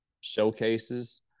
showcases